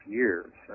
years